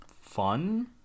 fun